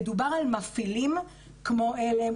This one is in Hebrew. מדובר על מפעילים כמו עלם,